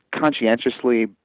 conscientiously